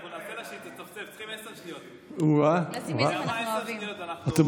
נעמה, עשר שניות, אתם רוצים?